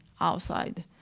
outside